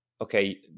okay